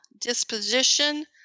disposition